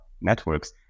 networks